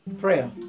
prayer